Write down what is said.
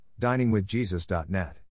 DiningWithJesus.net